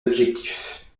objectifs